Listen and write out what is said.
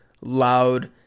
loud